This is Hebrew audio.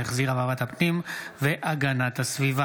שהחזירה ועדת הפנים והגנת הסביבה.